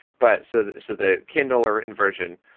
but so so the kindle or written version.